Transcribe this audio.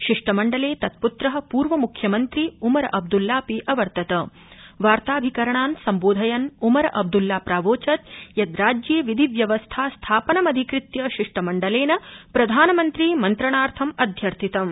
शिष्टमण्डले तत्पत्र पूर्वमुख्यमन्त्री उमर अब्दुल्लापि अवर्तता वार्ताभिकरणान् सम्बोधयन् उमर अब्दुल्ला प्रावोचत् यत् राज्ये विधिव्यवस्था स्थापनमधिकृत्य शिष्टमण्डलेन प्रधानमन्त्री मन्त्रणार्थं अध्यर्थितम्